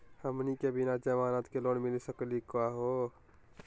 हमनी के बिना जमानत के लोन मिली सकली क हो?